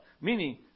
meaning